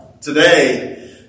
today